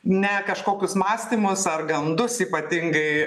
ne kažkokius mąstymus ar gandus ypatingai